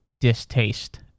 distaste